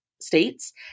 states